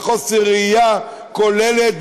בלי ראייה כוללת,